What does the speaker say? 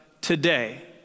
today